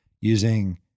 using